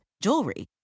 jewelry